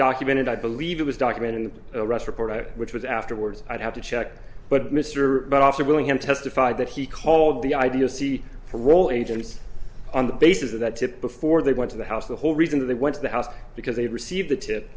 documented i leave it was documented the arrest report which was afterwards i'd have to check but mr but also willingham testified that he called the idea see parole agents on the basis of that tip before they went to the house the whole reason that they went to the house because they had received the tip